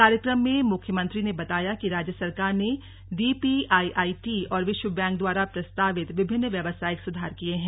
कार्यक्रम में मुख्यमंत्री ने बताया कि राज्य सरकार ने डीपीआईआईटी और विश्व बैंक द्वारा प्रस्तावित विभिन्न व्यावसायिक सुधार किए हैं